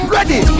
Ready